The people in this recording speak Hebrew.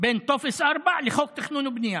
בין טופס 4 לחוק התכנון והבנייה.